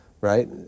Right